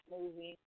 movie